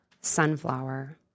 Sunflower